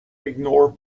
ignore